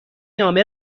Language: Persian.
نامه